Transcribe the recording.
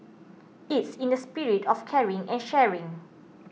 it's in the spirit of caring and sharing